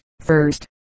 First